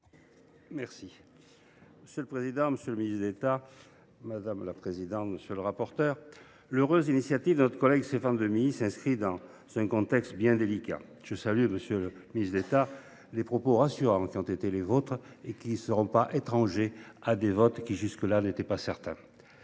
Grand. Monsieur le président, monsieur le garde des sceaux, mes chers collègues, l’heureuse initiative de notre collègue Stéphane Demilly s’inscrit dans un contexte fort délicat. Je salue, monsieur le ministre d’État, les propos rassurants qui ont été les vôtres et qui ne seront pas étrangers à des votes qui, jusque là, n’étaient pas certains.